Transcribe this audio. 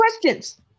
questions